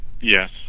Yes